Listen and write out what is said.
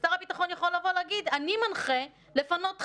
ושר הביטחון יכול לבוא להגיד: אני מנחה לפנות דחק,